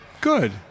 Good